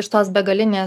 iš tos begalinės